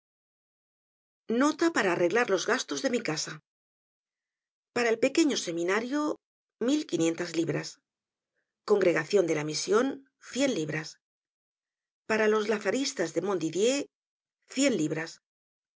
para arreglar los castos de mi casa para el pequeño seminario mil y quinientas libras congregacion de la mision cien libras para los lazaristas de montdidier cien libras